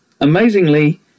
amazingly –